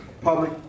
public